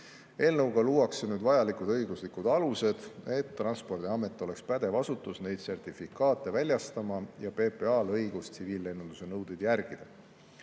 Eelnõuga luuakse vajalikud õiguslikud alused: Transpordiamet on pädev asutus neid sertifikaate väljastama ja PPA-l on õigus tsiviillennunduse nõudeid järgida.